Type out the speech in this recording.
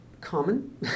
common